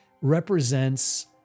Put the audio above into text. represents